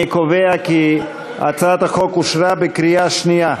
אני קובע כי הצעת החוק אושרה בקריאה שנייה.